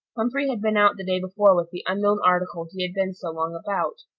humphrey had been out the day before with the unknown article he had been so long about.